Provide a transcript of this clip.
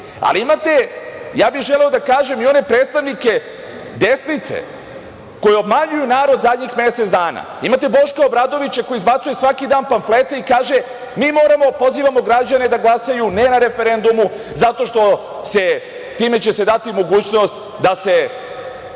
ispit? Želeo bi da spomenem i one i predstavnike desnice koji obmanjuju narod zadnjih mesec dana. Imate Boška Obradovića koji izbacuje svaki dan pamflete i kaže – mi pozivamo građane da glasaju „ne“ na referendumu, zato što će se time dati mogućnost da se